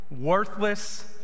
worthless